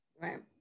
Right